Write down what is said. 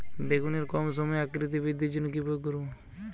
বেগুনের কম সময়ে আকৃতি বৃদ্ধির জন্য কি প্রয়োগ করব?